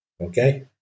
Okay